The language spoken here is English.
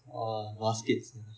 ah baskets